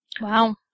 Wow